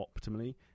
optimally